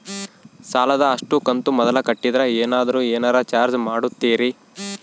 ಸಾಲದ ಅಷ್ಟು ಕಂತು ಮೊದಲ ಕಟ್ಟಿದ್ರ ಏನಾದರೂ ಏನರ ಚಾರ್ಜ್ ಮಾಡುತ್ತೇರಿ?